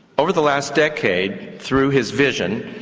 over the last decade, through his vision,